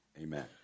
Amen